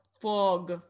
Fog